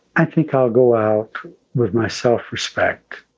i think i'll go out with my self-respect.